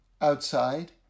outside